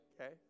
okay